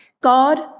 God